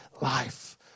life